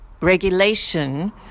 regulation